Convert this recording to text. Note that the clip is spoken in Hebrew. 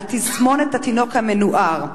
על תסמונת התינוק המנוער.